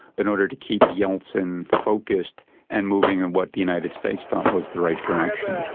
in order to keep yeltsin focused and moving in what the united states thought was the right direction.